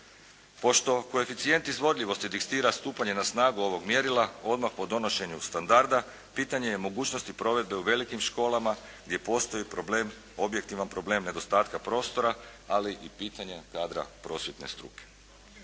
Pošto koeficijent izvodljivosti diktira stupanje na snagu ovog mjerila odmah po donošenju standarda, pitanje je mogućnosti provedbe u velikim školama gdje postoji problem, objektivan problem nedostatka prostora, ali i pitanje kadra prosvjetne struke.